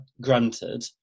granted